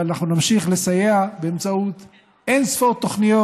אבל אנחנו נמשיך לסייע באמצעות אין ספור תוכניות.